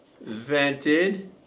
vented